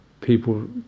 people